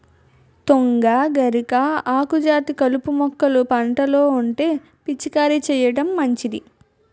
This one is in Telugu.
తుంగ, గరిక, ఆకుజాతి కలుపు మొక్కలు పంటలో ఉంటే పిచికారీ చేయడం మంచిది